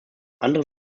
andere